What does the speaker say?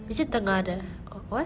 is it tengah there oh where